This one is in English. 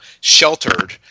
sheltered